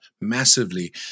massively